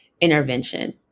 intervention